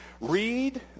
Read—